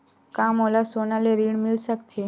का मोला सोना ले ऋण मिल सकथे?